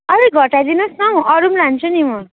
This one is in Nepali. अलिक घटाई दिनु होस् न हौ अरू लान्छु नि म